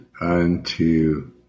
unto